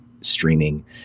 streaming